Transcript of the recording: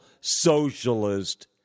Socialist